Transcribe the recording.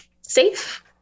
safe